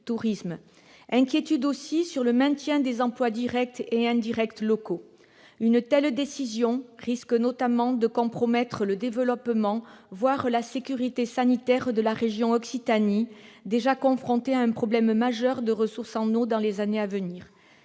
que des inquiétudes sur le maintien des emplois directs et indirects locaux. Une telle décision risque, notamment, de compromettre le développement, voire la sécurité sanitaire, de la région Occitanie, déjà confrontée à un problème majeur de ressources en eau dans les années à venir.